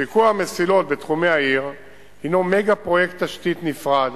שיקוע המסילות בתחומי העיר הינו מגה-פרויקט תשתית נפרד